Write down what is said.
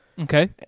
Okay